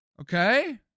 Okay